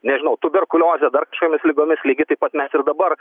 nežinau tuberkulioze dar kažkokiomis ligomis lygiai taip pat mes ir dabar